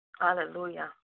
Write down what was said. Hallelujah